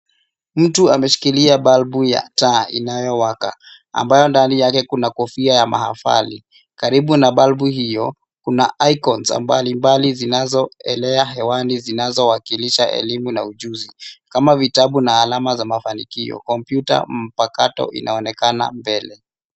Mtu ameshikilia balbu ya taa inayowaka ambayo ndani yake kuna kofia ya mahafali. Karibu na balbu hiyo kuna cs[icons] mbalimbali zinazoelea angani zinazowakilisha elimu na ujuzi kama vitabu na alama za mafanikio. Kompyuta mpakato inaonekana mbele.